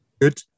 Good